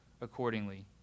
accordingly